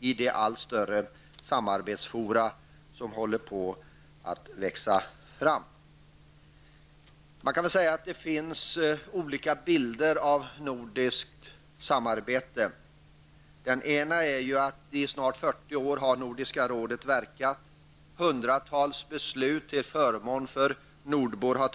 i de allt större samarbetsfora som håller på att växa fram. Det finns olika bilder av nordiskt samarbete. En av dem är att Nordiska rådet verkat i snart 40 år och fattat hundratals beslut till förmån för nordbor.